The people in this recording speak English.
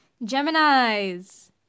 Gemini's